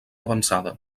avançada